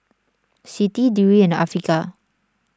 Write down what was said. Siti Dewi and Afiqah